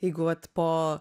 jeigu vat po